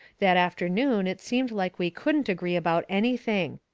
that afternoon it seemed like we couldn't agree about anything.